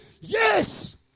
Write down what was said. Yes